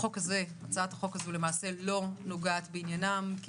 הצעת החוק שנדון בה היום אינה נוגעת בעניינם כי